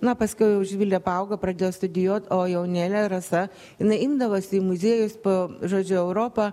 na paskui jau živilė paaugo pradėjo studijuot o jaunėlė rasa jinai imdavosi į muziejus po žodžiu europą